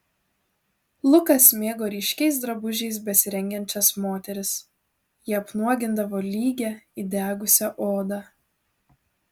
lukas mėgo ryškiais drabužiais besirengiančias moteris jie apnuogindavo lygią įdegusią odą